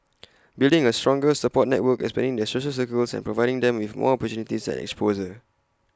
building A stronger support network expanding their social circles and providing them with more opportunities and exposure